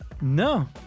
No